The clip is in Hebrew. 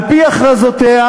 על-פי הכרזותיה,